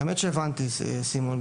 האמת שהבנתי, סימון.